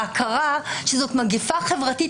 ההכרה שזאת מגפה חברתית,